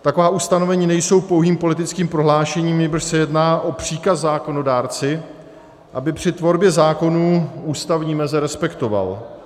Taková ustanovení nejsou pouhým politickým prohlášením, nýbrž se jedná o příkaz zákonodárci, aby při tvorbě zákonů ústavní meze respektoval.